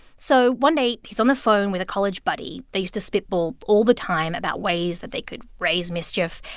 so one day, he's on the phone with a college buddy. they used to spitball all the time about ways that they could raise mischief.